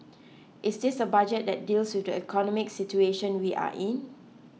is this a Budget that deals with the economic situation we are in